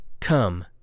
come